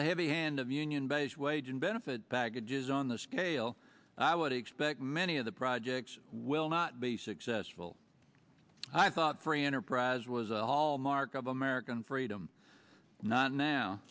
the heavy hand of union based wage and benefit packages on the scale i would expect many of the projects will not be successful i thought free enterprise was a hallmark of american freedom not now